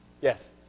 Yes